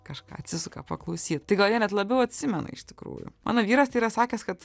kažką atsisuka paklausyt gal jie net labiau atsimena iš tikrųjų mano vyras tai yra sakęs kad